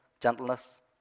gentleness